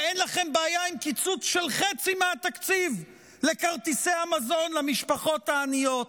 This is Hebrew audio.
ואין לכם בעיה עם קיצוץ של חצי מהתקציב לכרטיסי המזון למשפחות העניות?